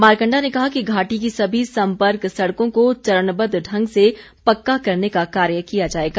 मारकंडा ने कहा कि घाटी की सभी सम्पर्क सड़कों को चरणबद्द ढंग से पक्का करने का कार्य किया जाएगा